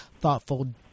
thoughtful